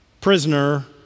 prisoner